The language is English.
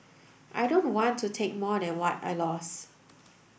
I don't want to take more than what I lost